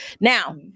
Now